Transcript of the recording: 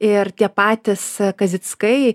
ir tie patys kazickai